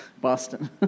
Boston